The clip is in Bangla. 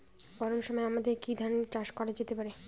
গরমের সময় আমাদের কি ধান চাষ করা যেতে পারি?